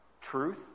truth